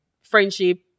friendship